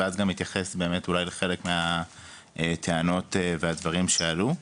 ואז גם אתייחס באמת אולי לחלק מהטענות והדברים שעלו.